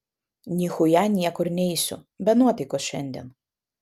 nichuja niekur neisiu be nuotaikos šiandien